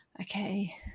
okay